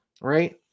right